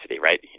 right